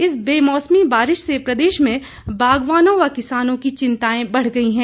इस बेमौसमी बारिश से प्रदेश में बागवानों व किसानों की चिंताएं बढ़ गई हैं